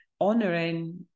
honoring